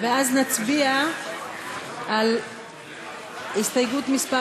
ואז נצביע על הסתייגות מס'